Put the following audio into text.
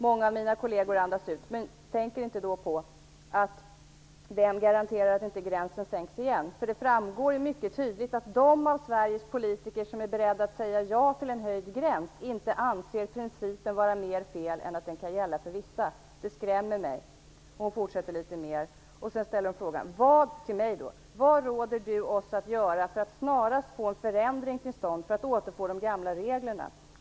Många av mina kollegor andas ut men de tänker då inte på: Vem garanterar att inte gränsen inte sänks igen? Det framgår mycket tydligt att de av Sveriges politiker som är beredda att säga ja till en höjd gräns inte anser principen vara mer fel än att den kan gälla för vissa. Det skrämmer mig." Sedan ställer brevskriverskan frågan till mig: "Vad råder du oss att göra för att snarast få en förändring till stånd för att återfå de gamla reglerna?"